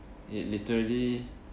it literally